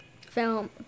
film